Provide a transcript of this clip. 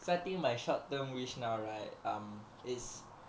setting my short term wish now right is